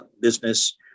business